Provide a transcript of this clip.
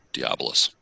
Diabolus